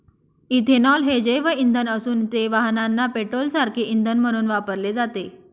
ethanol हे जैवइंधन असून ते वाहनांना पेट्रोलसारखे इंधन म्हणून वापरले जाते